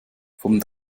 vom